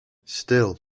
still